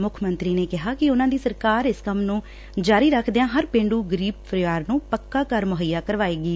ਮੁੱਖ ਮੰਤਰੀ ਨੇ ਕਿਹਾ ਕਿ ਉਨੂਾਂ ਦੀ ਸਰਕਾਰ ਇਸ ਕੰਮ ਨੂੰ ਜਾਰੀ ਰੱਖਦਿਆਂ ਹਰ ਪੇਂਡੂ ਗਰੀਬ ਪਰਿਵਾਰ ਨੂੰ ਪੱਕਾ ਘਰ ਮੁਹੱਈਆ ਕਰਵਾਏਗੀ